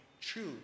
true